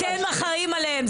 אתם אחראיים עליהם.